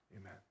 Amen